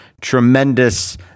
tremendous